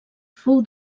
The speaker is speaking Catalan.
fou